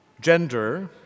Gender